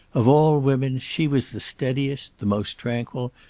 of all women she was the steadiest, the most tranquil,